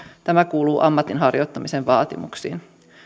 tämä kuuluu ammatinharjoittamisen vaatimuksiin